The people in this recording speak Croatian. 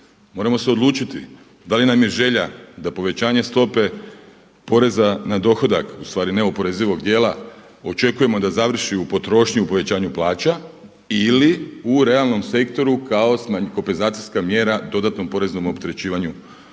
Moramo se odlučiti da li nam je želja da povećanje stope poreza na dohodak u stvari neoporezivog dijela očekujemo da završi u potrošnji u povećanju plaća ili u realnom sektoru kao kompenzacijska mjera dodatnom poreznom opterećivanju